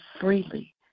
freely